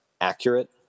accurate